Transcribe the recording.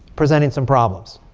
presenting some problems.